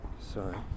Sorry